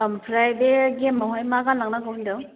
आमफ्राइ बे गेमआवहाय मा गानलांनांगौ होनदों